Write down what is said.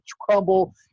crumble